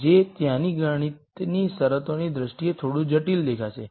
જે ત્યાંની ગણિતની શરતોની દ્રષ્ટિએ થોડું જટિલ દેખાશે